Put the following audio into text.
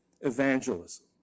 evangelism